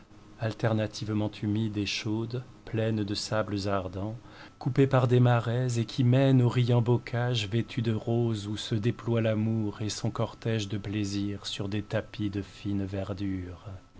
alternativement humide et chaude pleine de sables ardents coupée par des marais et qui mène aux riants bocages vêtus de roses où se déploient l'amour et son cortège de plaisirs sur des tapis de fine verdure